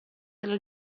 della